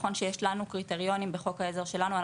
נכון שיש לנו קריטריונים בחוק העזר שלנו אבל